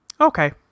Okay